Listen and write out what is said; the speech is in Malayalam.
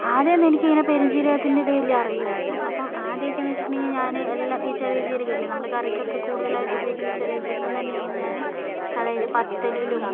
ആദ്യമൊന്നും എനിക്ക് ഇങ്ങനെ പെരുംജീരകത്തിൻ്റെ ഇത് വലിയ അറിയില്ലായിരുന്നു അപ്പം ആദ്യമൊക്കെയെന്ന് വെച്ചിട്ടുണ്ടെങ്കിൽ ഞാൻ എല്ലാം ഈ ചെറിയ ജീരകമില്ലെ നമ്മൾ കറിക്കൊക്കെ കൂടുതലായിട്ടും ഉപയോഗിക്കുന്ന ചെറിയ ജീരകം തന്നെയായിരുന്നു ഞാൻ അതായത് പത്തലിലും